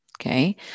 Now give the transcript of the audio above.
Okay